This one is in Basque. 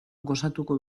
gozatuko